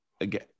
again